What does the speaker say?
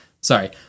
Sorry